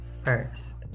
first